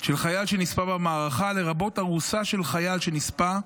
של חייל שנספה במערכה, לרבות ארוסה של חייל שנספה,